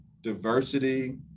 diversity